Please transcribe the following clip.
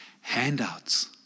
Handouts